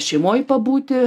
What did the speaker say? šeimoj pabūti